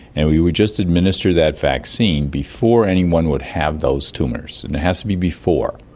and we would just administer that vaccine before anyone would have those tumours. and it has to be before.